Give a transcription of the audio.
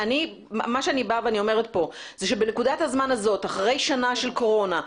אני אומרת שבנקודת הזמן הזאת אחרי שנה של קורונה,